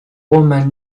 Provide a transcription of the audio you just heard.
woman